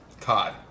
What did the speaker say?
cod